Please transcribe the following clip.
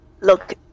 Look